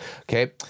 okay